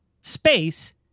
space